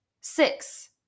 Six